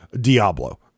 Diablo